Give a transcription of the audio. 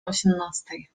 osiemnastej